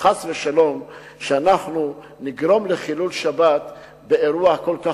וחס ושלום שאנחנו נגרום לחילול שבת באירוע כל כך